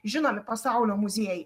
žinomi pasaulio muziejai